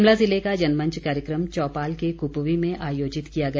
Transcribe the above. शिमला जिले का जनमंच कार्यक्रम चौपाल के क्पवी में आयोजित किया गया